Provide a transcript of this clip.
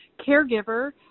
caregiver